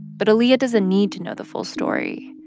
but aaliyah doesn't need to know the full story.